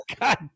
God